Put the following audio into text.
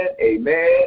amen